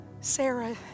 Sarah